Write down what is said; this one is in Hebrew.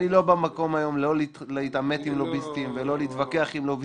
אני היום לא במקום של להתעמת עם לוביסטים ולא להתווכח עם לוביסטים,